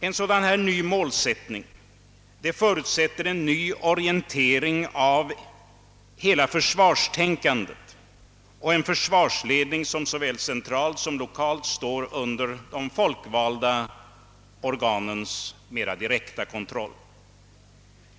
En sådan ny målsättning förutsätter en ny orientering av hela försvarstänkandet och en försvarsledning som såväl centralt som lokalt står under de folkvalda organens mera direkta kontroll.